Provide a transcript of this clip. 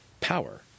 power